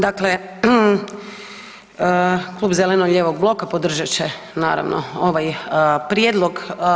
Dakle, Klub zeleno-lijevog bloka podržat će naravno ovaj prijedlog.